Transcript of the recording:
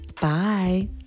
bye